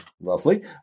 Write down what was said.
Lovely